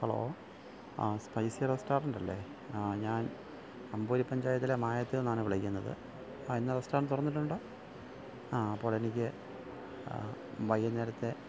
hello ആ spicy restaurant അല്ലെ ആ ഞാൻ അമ്പൂരി പഞ്ചായത്തിലെ മായത്തൂരിൽ നിന്നാണ് വിളിക്കുന്നത് ആ ഇന്ന് റെസ്റ്റോറൻറ്റ് തുറന്നിട്ടുണ്ടോ ആ അപ്പോളെനിക്ക് വൈകുന്നേരത്തെ